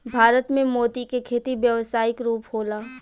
भारत में मोती के खेती व्यावसायिक रूप होला